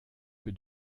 que